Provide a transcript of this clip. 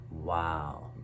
Wow